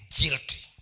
guilty